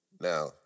Now